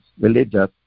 religious